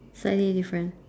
slightly different